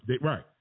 Right